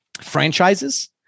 franchises